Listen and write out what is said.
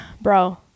Bro